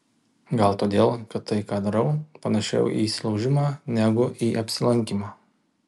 gal todėl kad tai ką darau panašiau į įsilaužimą negu į apsilankymą